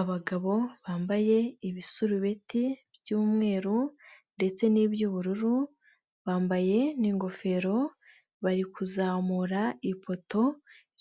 Abagabo bambaye ibisurubeti by'umweru ndetse n'iby'ubururu, bambaye n'ingofero bari kuzamura ipoto